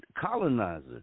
colonizer